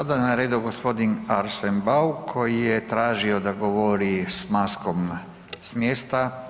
Sada je na redu g. Arsesn Bauk koji je tražio da govori s maskom s mjesta.